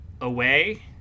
away